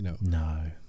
No